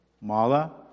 Mala